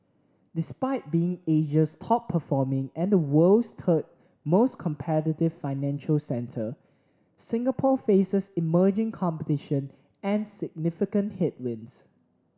despite being Asia's top performing and the world's third most competitive financial centre Singapore faces emerging competition and significant headwinds